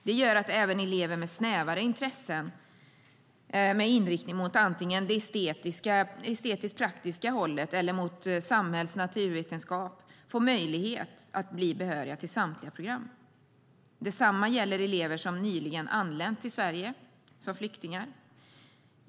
Det gör att även elever med snävare intressen med inriktning antingen mot det estetiskt praktiska hållet eller mot samhälls och naturvetenskap får möjlighet att bli behöriga till samtliga program. Detsamma gäller elever som nyligen anlänt till Sverige som flyktingar.